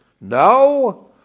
No